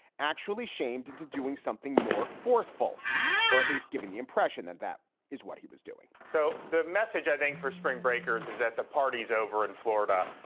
actually shamed into doing something more forceful or at least giving the impression that that is what he was doing so the message, i think, for spring breakers is that the party's over in florida.